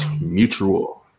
mutual